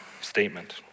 statement